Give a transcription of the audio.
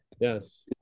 Yes